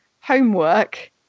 Homework